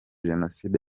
jenoside